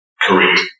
Correct